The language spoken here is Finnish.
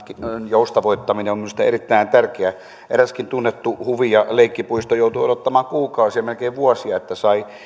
joustavoittaminen on minusta erittäin tärkeää eräskin tunnettu huvi ja leikkipuisto joutui odottamaan kuukausia melkein vuosia että sai